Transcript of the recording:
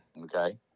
Okay